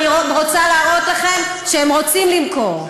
ואני רוצה להראות לכם שהם רוצים למכור.